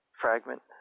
fragment